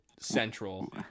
Central